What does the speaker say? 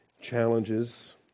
challenges